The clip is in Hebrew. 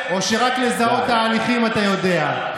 או שרק לזהות תהליכים אתה יודע.